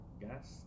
gas